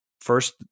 first